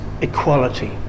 equality